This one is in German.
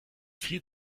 viel